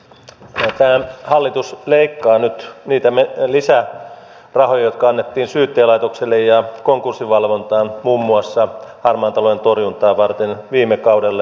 tämä hallitus leikkaa nyt niitä lisärahoja jotka annettiin syyttäjälaitokselle ja konkurssivalvontaan muun muassa harmaan talouden torjuntaa varten viime kaudella